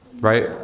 right